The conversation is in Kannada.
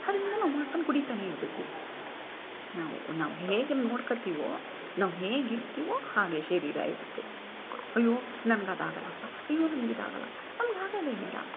ಅದರಿಂದ ನಾವು ಮಾಡ್ಕೊಂಡು ಕುಡಿತಲೇ ಇರಬೇಕು ನಾವು ನಾವು ಹೇಗೆ ನೋಡ್ಕೊಳ್ತೀವೋ ನಾವು ಹೇಗಿರ್ತೀವೊ ಹಾಗೆ ಶರೀರ ಇರುತ್ತೆ ಅಯ್ಯೋ ನನ್ಗೆ ಅದಾಗೋಲ್ಲಪ್ಪ ಅಯ್ಯೋ ನನ್ಗೆ ಇದಾಗೋಲ್ಲಪ್ಪ ನಮ್ಗೆ ಆಗೋದೇ ಇಲ್ಲ